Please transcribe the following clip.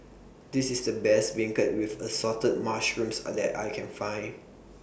This IS The Best Beancurd with Assorted Mushrooms that I Can Find